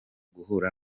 guhura